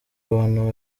abantu